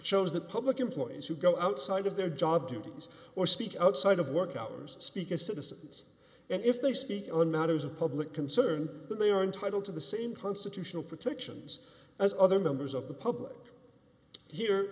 shows that public employees who go outside of their job duties or speech outside of work out speak as citizens and if they speak on matters of public concern that they are entitled to the same constitutional protections as other members of the public here